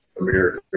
America